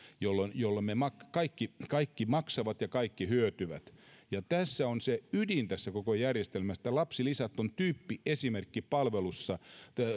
jolloin jolloin kaikki kaikki maksavat ja kaikki hyötyvät tässä on se ydin tässä koko järjestelmässä lapsilisät ovat tyyppiesimerkki palvelusta